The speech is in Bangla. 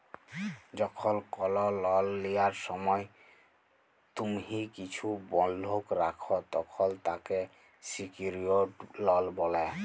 যখল কল লল লিয়ার সময় তুম্হি কিছু বল্ধক রাখ, তখল তাকে সিকিউরড লল ব্যলে